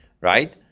right